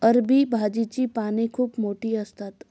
अरबी भाजीची पाने खूप मोठी असतात